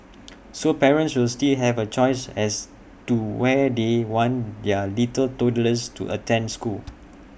so parents will still have A choice as to where they want their little toddlers to attend school